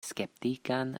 skeptikan